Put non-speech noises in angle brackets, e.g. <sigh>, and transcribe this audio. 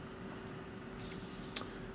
<noise>